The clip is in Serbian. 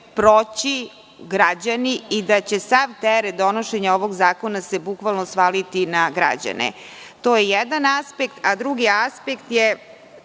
proći građani i da će se sav teret donošenja ovog zakona bukvalno svaliti na građane. To je jedan aspekt, a drugi aspekt je